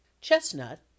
Chestnut